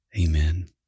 Amen